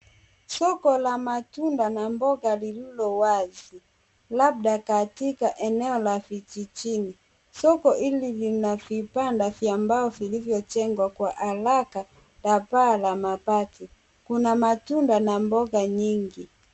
Soko la matunda na mboga lililo wazi, labda katika eneo la vijijini. Soko hili lina vibanda vya mbao vilivyojengwa kwa haraka na paa la mabati. Kuna matunda na mboga nyingi.